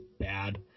bad